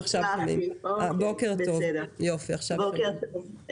בוקר טוב.